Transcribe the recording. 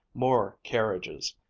more carriages,